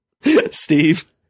Steve